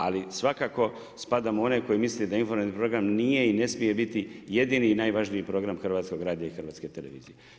Ali, svakako spadam u one, koji misi da informativni program, nije i ne smije biti jedini i najvažniji program hrvatskog radija i hrvatske televizije.